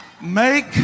Make